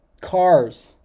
cars